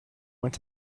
went